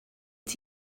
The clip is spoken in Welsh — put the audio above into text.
ydy